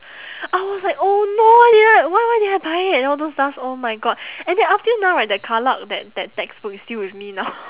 I was like oh no idiot why why did I buy it all those stuff oh my god and then up till now right that that that textbook is still with me now